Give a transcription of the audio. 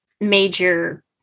major